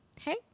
hey